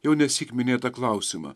jau nesyk minėtą klausimą